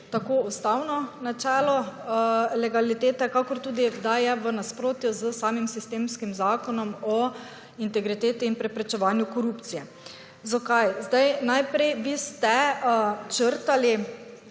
tako ustano načelo legalitete, kakor tudi da je v nasprotju s samim sistemskim zakonom o integriteti in preprečevanju korupcije. Zakaj? Najprej vi ste črtali